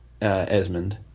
Esmond